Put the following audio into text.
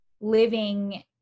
living